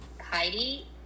Heidi